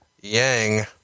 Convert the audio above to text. Yang